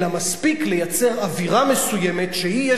אלא מספיק לייצר אווירה מסוימת שהיא,